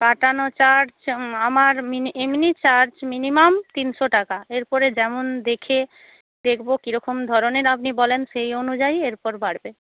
কাটানো চার্জ আমার এমনি চার্জ মিনিমাম তিনশো টাকা এরপরে যেমন দেখে দেখব কীরকম ধরনের আপনি বলেন সেই অনুযায়ী এরপর বাড়বে